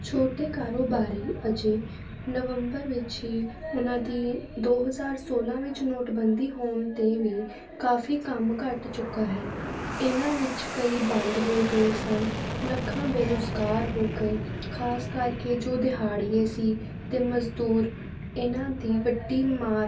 ਛੋਟੇ ਕਾਰੋਬਾਰੀ ਅਜੇ ਨਵੰਬਰ ਵਿੱਚ ਹੀ ਉਹਨਾਂ ਦੀ ਦੋ ਹਜ਼ਾਰ ਸੌਲ੍ਹਾਂ ਵਿੱਚ ਨੋਟਬੰਦੀ ਹੋਣ 'ਤੇ ਵੀ ਕਾਫੀ ਕੰਮ ਘੱਟ ਚੁੱਕਾ ਹੈ ਇਹਨਾਂ ਵਿੱਚ ਕਈ ਬੰਦ ਹੋ ਗਏ ਸਨ ਲੱਖਾਂ ਬੇਰੁਜ਼ਗਾਰ ਹੋ ਗਏ ਖਾਸ ਕਰਕੇ ਜੋ ਦਿਹਾੜੀਏ ਸੀ ਅਤੇ ਮਜ਼ਦੂਰ ਇਹਨਾਂ ਦੀ ਵੱਡੀ ਮਾਰ ਪਈ